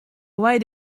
why